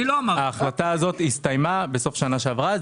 כן, ההחלטה הזאת הסתיימה בסוף השנה שעברה.